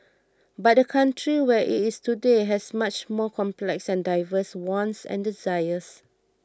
but the country where it is today has much more complex and diverse wants and desires